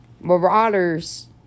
Marauders